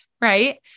right